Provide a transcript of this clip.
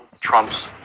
Trump's